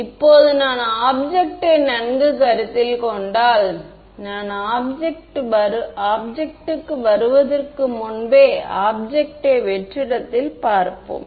இப்போது நான் ஆப்ஜெக்ட் யை நன்கு கருத்தில் கொண்டால் நான் ஆப்ஜெக்ட் க்கு வருவதற்கு முன்பே ஆப்ஜெக்ட் யை வெற்றிடத்தில் பார்ப்போம்